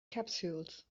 capsules